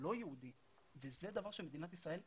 הלא יהודי וזה דבר שמדינת ישראל חייבת,